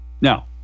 Now